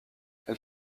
elle